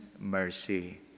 mercy